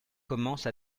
commence